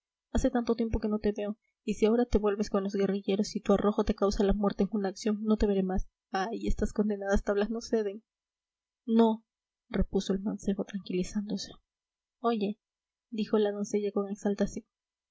hace tanto tiempo que no te veo y si ahora te vuelves con los guerrilleros y tu arrojo te causa la muerte en una acción no te veré más ay estas condenadas tablas no ceden no repuso el mancebo tranquilizándose oye dijo la doncella con exaltación si